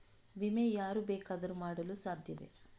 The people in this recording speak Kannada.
ವಿಮೆ ಯಾರು ಬೇಕಾದರೂ ಮಾಡಲು ಸಾಧ್ಯವೇ?